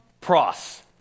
Pross